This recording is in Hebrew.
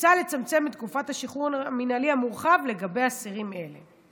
מוצע לצמצם את תקופת השחרור המינהלי המורחב לגבי אסירים אלה.